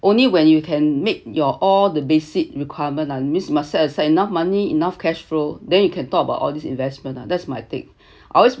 only when you can make your all the basic requirement uh it means you must set aside enough money enough cash flow then you can talk about all these investment lah that's my take I always